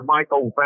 Michael